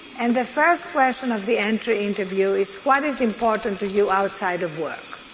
and the first question of the entry interview is what is important to you outside of work?